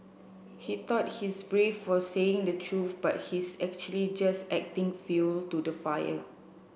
he thought he's brave for saying the truth but he's actually just adding fuel to the fire